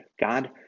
God